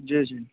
जी जी